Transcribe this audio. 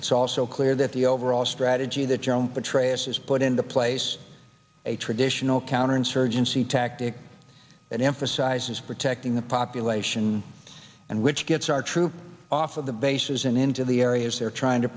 it's also clear that the overall strategy that general petraeus has put into place a traditional counterinsurgency tactic that emphasizes protecting the population and which gets our troops off of the bases and into the areas they're trying to